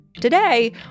Today